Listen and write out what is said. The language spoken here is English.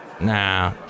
Nah